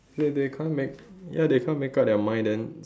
ya they can't make ya they can't make up their mind then